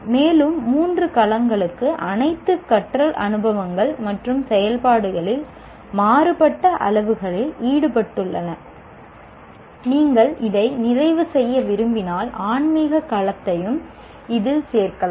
மேலும் மூன்று களங்களும் அனைத்து கற்றல் அனுபவங்கள் மற்றும் செயல்பாடுகளில் மாறுபட்ட அளவுகளில் ஈடுபட்டுள்ளன நீங்கள் இதை நிறைவு செய்ய விரும்பினால் ஆன்மீக களத்தையும் இதில் சேர்க்கலாம்